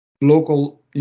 local